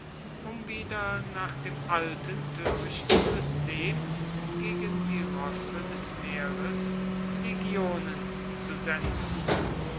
um wieder nach dem alten törichten system gegen die rosse des meeres legionen zu senden